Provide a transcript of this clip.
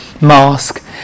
mask